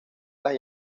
las